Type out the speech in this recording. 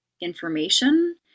information